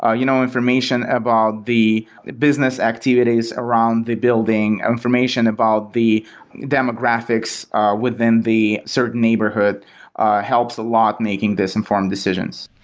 ah you know information about the the business activities around the building, information about the demographics within the certain neighborhood helps a lot making these informed decisions.